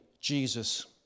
Jesus